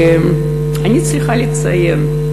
ואני צריכה לציין,